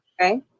Okay